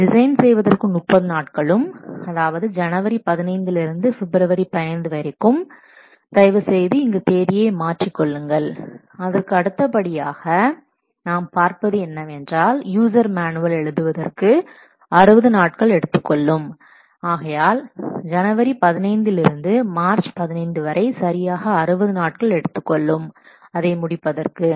design செய்வதற்கு 30 நாட்களும் அதாவது ஜனவரி 15ல் இருந்து பிப்ரவரி 15 வரைக்கும் தயவுசெய்து இங்கு தேதியை மாற்றி கொள்ளுங்கள் அதற்கு அடுத்தபடியாக நாம் பார்ப்பது என்னவென்றால் யூசர் மேனுவல் எழுதுவதற்கு 60 நாட்கள் எடுத்துக்கொள்ளும் ஆகையால் ஜனவரி 15ல் இருந்து மார்ச் 15 வரை சரியாக 60 நாட்கள் எடுத்துக்கொள்ளும் அதை முடிப்பதற்கு